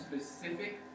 specific